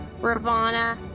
Ravana